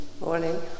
Morning